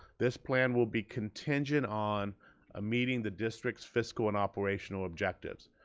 this plan will be contingent on ah meeting the district's fiscal and operational objectives.